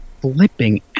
flipping